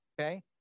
okay